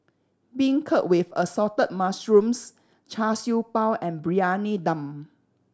beancurd with Assorted Mushrooms Char Siew Bao and Briyani Dum